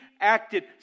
acted